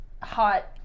hot